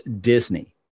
Disney